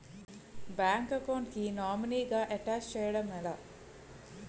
Bank account కి nominee గా attach చేయడం ఎలా?